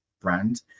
brand